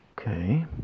Okay